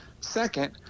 Second